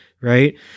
right